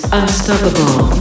unstoppable